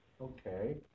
Okay